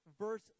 verse